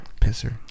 Pisser